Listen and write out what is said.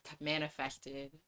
manifested